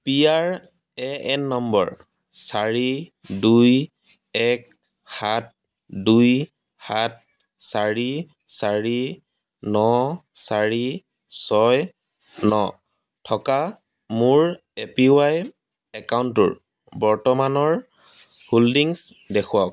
P R A N number চাৰি দুই এক সাত দুই সাত চাৰি চাৰি ন চাৰি ছয় ন থকা মোৰ এ পি ৱাই একাউণ্টটোৰ বৰ্তমানৰ হোল্ডিংছ দেখুৱাওক